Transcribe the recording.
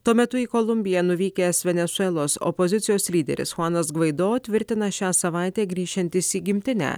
tuo metu į kolumbiją nuvykęs venesuelos opozicijos lyderis chuanas gvaido tvirtina šią savaitę grįšiantis į gimtinę